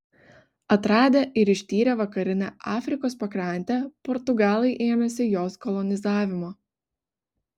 atradę ir ištyrę vakarinę afrikos pakrantę portugalai ėmėsi jos kolonizavimo